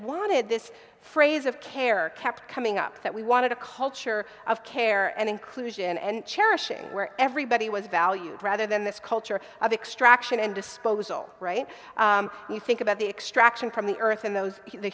wanted this phrase of care kept coming up that we wanted a culture of care and inclusion and cherishing where everybody was valued rather than this culture of extraction and disposal you think about the extraction from the earth and those